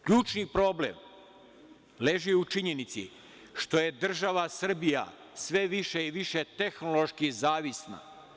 Ključni problem leži u činjenici što je država Srbija sve više i više tehnološki zavisna.